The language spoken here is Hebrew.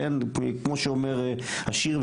כמו שאומר השיר,